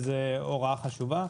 זאת הוראה חשובה.